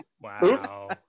Wow